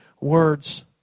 words